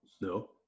No